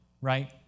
right